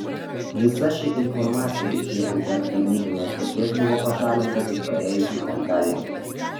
visa ši informacija iš žūr tarnybinės stoties buvo pašalinta tik praėjusį penktadienį